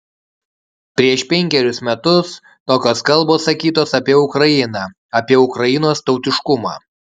prieš penkerius metus tokios kalbos sakytos apie ukrainą apie ukrainos tautiškumą